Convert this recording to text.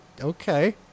okay